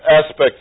aspects